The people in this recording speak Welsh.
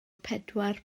pedwar